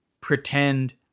pretend